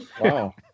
Wow